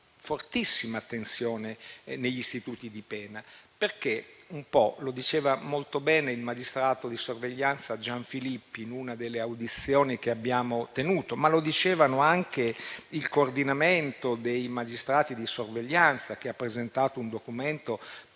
fortissima tensione negli istituti di pena. Lo diceva molto bene il magistrato di sorveglianza Gianfilippi in una delle audizioni che abbiamo svolto, ma lo diceva anche il coordinamento dei magistrati di sorveglianza, che ha presentato un documento